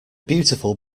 beautiful